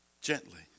gently